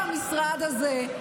הוא לא אמר את זה.